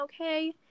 okay